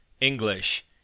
English